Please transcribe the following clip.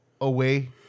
away